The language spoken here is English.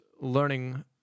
learning